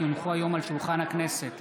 כי הונחו היום על שולחן הכנסת,